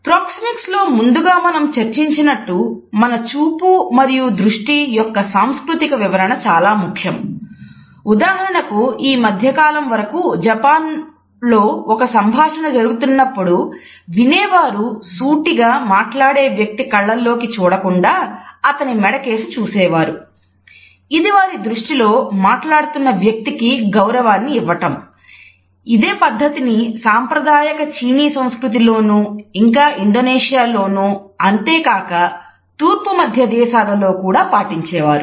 proxemics కూడా పాటించేవారు